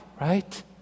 right